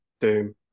Doom